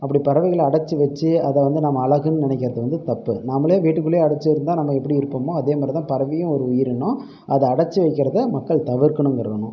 அப்படி பறவைகளை அடச்சு வச்சு அதை வந்து நம்ம அழகுன்னு நினைக்கிறது வந்து தப்பு நம்மளே வீட்டுக்குள்ளே அடைத்து இருந்தால் நம்ம எப்படி இருப்போமோ அதேமாதிரி தான் பறவையும் ஒரு உயிரினம் அதை அடைத்து வைக்கிறதை மக்கள் தவிர்க்கணுங்கிறனும்